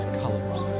colors